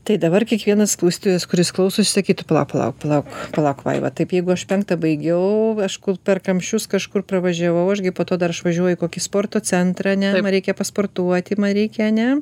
tai dabar kiekvienas klausytojas kuris klausosi sakytų palauk palauk palauk palauk vaiva taip jeigu aš penktą baigiau aš kur per kamščius kažkur pravažiavau aš gi po to dar aš važiuoju į kokį sporto centrą ne man reikia pasportuoti man reikia ane